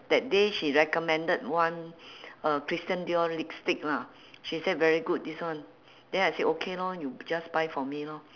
that day she recommended one uh christian dior lipstick lah she say very good this one then I say okay lor you just buy for me lor